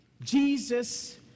Jesus